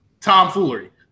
tomfoolery